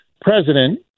President